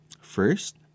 first